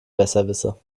besserwisser